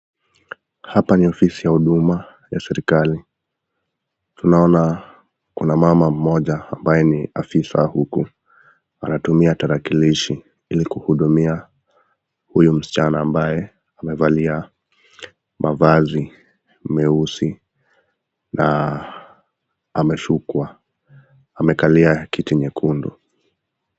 Hapa ni afisi ya huduma ya serikali, tunaona Kuna mama mmoja ambaye Ni ofisa huku, anatumia tarakilishi ili kuhudumiwa huyu msichana ambaye amevalia mavazi meusi na ameshukwa, amekalia kiti chekundu.